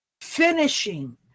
finishing